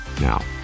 now